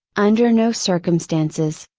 under no circumstances,